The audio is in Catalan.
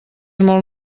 molt